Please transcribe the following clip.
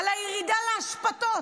על הירידה לאשפתות,